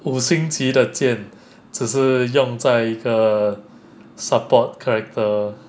五星级的剑只是用在一个 support character